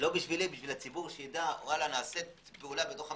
בשביל הציבור שיידע: נעשית פעולה בתוך המשטרה.